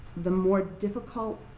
the more difficult,